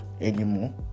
anymore